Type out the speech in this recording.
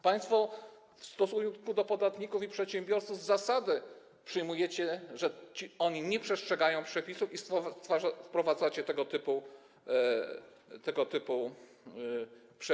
Państwo w stosunku do podatników i przedsiębiorców z zasady przyjmujecie, że oni nie przestrzegają przepisów i wprowadzacie tego typu przepisy.